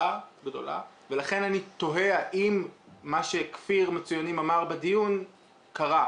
ולכן אני תוהה האם מה שכפיר מצוינים אמר בדיון קרה,